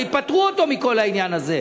הרי פטרו אותו מכל העניין הזה,